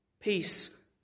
peace